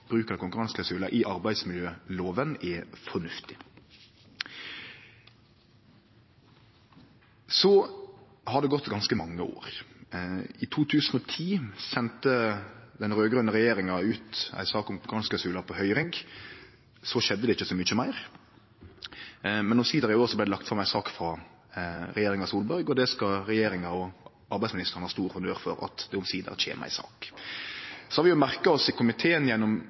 bruken av konkurranseklausular i arbeidsmiljølova er fornuftig. Det har gått ganske mange år. I 2010 sende den raud-grøne regjeringa ut ei sak om konkurranseklausular på høyring. Så skjedde det ikkje så mykje meir. Men omsider i år vart det lagt fram ei sak frå regjeringa Solberg, og regjeringa og arbeidsministeren skal ha stor honnør for at det omsider kjem ei sak. I komiteen har vi merka oss, gjennom opne høyringar og førespurnader, at her har det vore ein viss motstand blant partane i